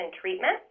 treatment